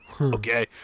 Okay